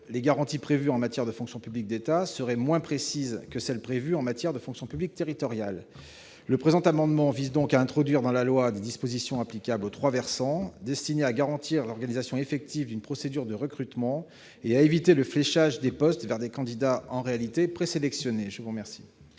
les garanties prévues en matière de fonction publique de l'État seraient-elles moins précises que celles prévues en matière de fonction publique territoriale ? Le présent amendement vise donc à introduire dans la loi des dispositions applicables aux trois versants, destinées à garantir l'organisation effective d'une procédure de recrutement et à éviter le fléchage de postes vers des candidats en réalité présélectionnés. Quel